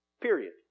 Period